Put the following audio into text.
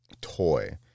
toy